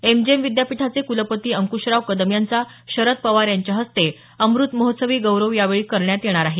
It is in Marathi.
एमजीएम विद्यापीठाचे क्लपती अंक्शराव कदम यांचा शरद पवार यांच्या हस्ते अमृतमहोत्सवी गौरव यावेळी करण्यात येणार आहे